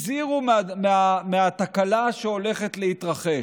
הזהירו מהתקלה שהולכת להתרחש,